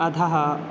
अधः